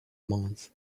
months